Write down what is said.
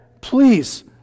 please